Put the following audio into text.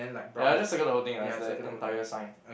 ya just circle the whole thing ah is that entire sign